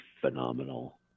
phenomenal